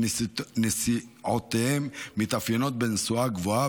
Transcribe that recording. שנסיעותיהם מתאפיינות בנסועה גבוהה,